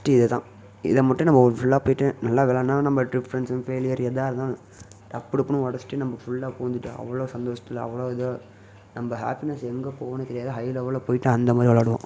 just இது தான் இத மட்டும் நம்ம ஒரு ஃபுல்லாக போயிவிட்டு நல்லா விளாண்டா நம்ம டிப்ரெஷன் ஃபெயிலியர் எதாக இருந்தாலும் டப்பு டுப்புனு உடச்சுட்டு நம்ப ஃபுல்லாக புகுந்துவிட்டா அவ்வளோ சந்தோஷத்தில் அவ்வளோ இதாக நம்ப ஹாப்பினஸ்ஸு எங்கே போகணுன்னே தெரியாது ஹை லெவலில் போயிவிட்டா அந்த மாதிரி விளாடுவோம்